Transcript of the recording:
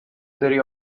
سری